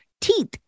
teeth